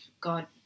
God